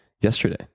yesterday